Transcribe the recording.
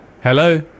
Hello